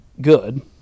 good